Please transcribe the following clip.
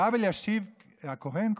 הרב אלישיב הכהן,